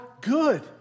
good